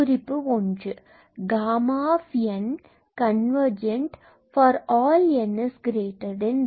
குறிப்பு 1 Γ convergent convergent for all n0